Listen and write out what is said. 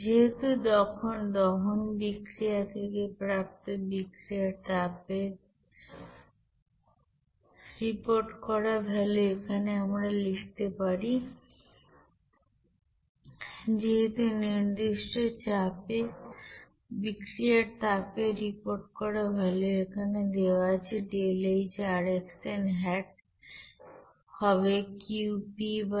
যেহেতু দহন বিক্রিয়া থেকে প্রাপ্ত বিক্রিয়ার তাপের রিপোর্ট করা ভ্যালু এখানে আমরা লিখতে পারি যেহেতু নির্দিষ্ট চাপে বিক্রিয়ার তাপের রিপোর্ট করা ভ্যালু এখানে দেওয়া আছে ΔHrxn হ্যাট হবে Qp n